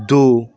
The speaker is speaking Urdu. دو